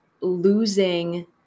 losing